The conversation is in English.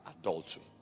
adultery